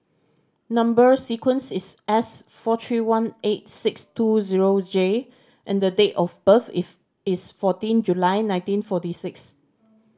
number sequence is S four three one eight six two zero J and the date of birth is is fourteen July nineteen forty six